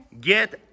Get